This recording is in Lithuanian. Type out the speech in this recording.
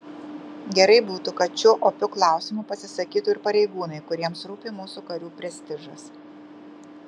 gerai būtų kad šiuo opiu klausimu pasisakytų ir pareigūnai kuriems rūpi mūsų karių prestižas